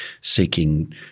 seeking